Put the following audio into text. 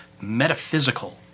metaphysical